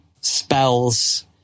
spells